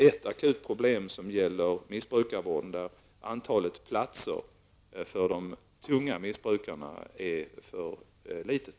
Ett akut problem inom missbrukarvården är att antalet vårdplatser för de tunga missbrukarna är för litet.